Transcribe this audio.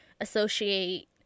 associate